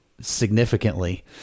significantly